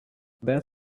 that